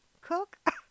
Cook